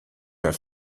der